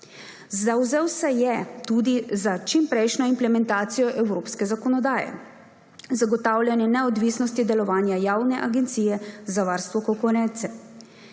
Zavzel se je tudi za: čimprejšnjo implementacijo evropske zakonodaje; zagotavljanje neodvisnosti delovanja Javne agencije za varstvo konkurence,